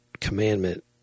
commandment